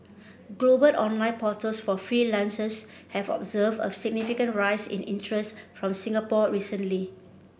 global online portals for freelancers have observed a significant rise in interest from Singapore recently